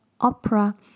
opera